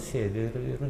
sėdi ir